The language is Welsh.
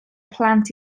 plant